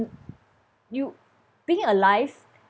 you being alive